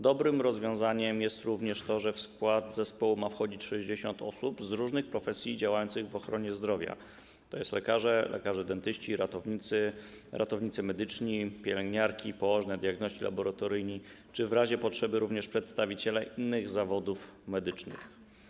Dobrym rozwiązaniem jest również to, że w skład zespołu ma wchodzić 60 osób z różnych profesji działających w ochronie zdrowia, tj. lekarze, lekarze dentyści, ratownicy, ratownicy medyczni, pielęgniarki i położne, diagności laboratoryjni czy w razie potrzeby również przedstawiciele innych zawodów medycznych.